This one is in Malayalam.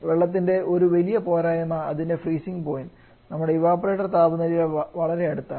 വെള്ളത്തിന്റെ ഒരു വലിയ പോരായ്മ അതിൻറെ ഫ്രീസിംഗ് പോയിൻറ് നമ്മുടെ ഇവപൊറേറ്റർ താപനിലയുടെ വളരെ അടുത്താണ്